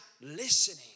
listening